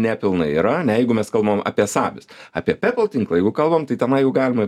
nepilnai yra ane jeigu mes kalbam apie sabis apie pepl tinklą jeigu kalbam tai tenai jau galima